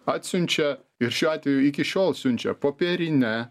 atsiunčia ir šiuo atveju iki šiol siunčia popierinę